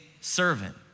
servant